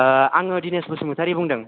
आङो दिनेस बसुमतारि बुंदों